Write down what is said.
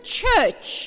church